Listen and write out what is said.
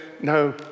no